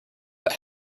but